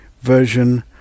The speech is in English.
version